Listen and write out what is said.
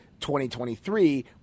2023